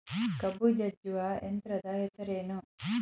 ಕಬ್ಬು ಜಜ್ಜುವ ಯಂತ್ರದ ಹೆಸರೇನು?